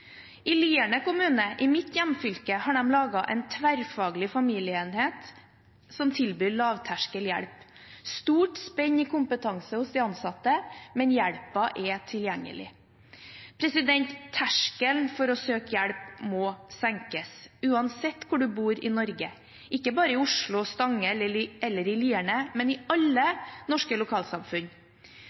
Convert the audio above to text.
I Lierne kommune, i mitt hjemfylke, har de laget en tverrfaglig familieenhet som tilbyr lavterskelhjelp. Det er stort spenn i kompetansen blant de ansatte, men hjelpen er tilgjengelig. Terskelen for å søke hjelp må senkes, uansett hvor man bor i Norge, ikke bare i Oslo, Stange eller Lierne, men i alle norske lokalsamfunn.